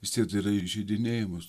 vis tiek tai yra įžeidinėjimas